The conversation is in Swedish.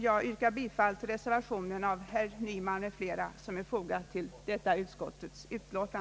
Jag yrkar bifall till den vid utskottets utlåtande fogade reservationen av herr Nyman m.fl.